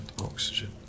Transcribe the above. Oxygen